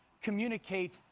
communicate